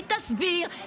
היא תסביר,